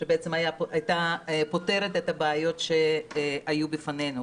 שבעצם הייתה פותרת את הבעיות שהיו בפנינו,